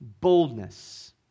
boldness